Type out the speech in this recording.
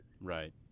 Right